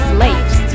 Slaves